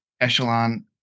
echelon